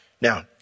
Now